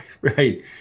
Right